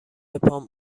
پام